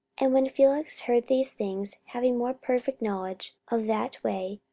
and when felix heard these things, having more perfect knowledge of that way,